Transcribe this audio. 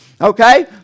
Okay